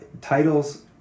titles